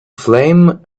flame